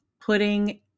putting